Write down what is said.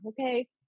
okay